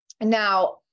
now